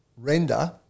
Render